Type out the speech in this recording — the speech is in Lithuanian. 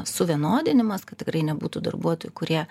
suvienodinimas kad tikrai nebūtų darbuotojų kurie